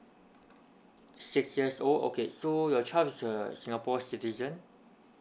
six years old okay so your child is a singapore citizen